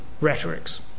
rhetorics